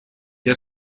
der